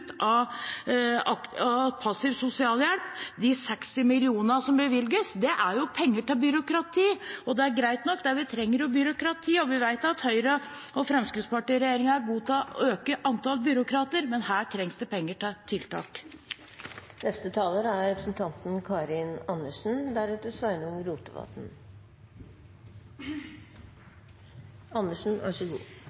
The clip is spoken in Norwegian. av passiv sosialhjelp. De 60 millionene som bevilges, er jo penger til byråkrati, og det er greit nok, vi trenger byråkrati, og vi vet at Høyre–Fremskrittsparti-regjeringen er god til å øke antall byråkrater, men her trengs det penger til tiltak. Ja, det trengs penger til tiltak, det er